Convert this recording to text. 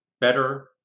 better